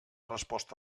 resposta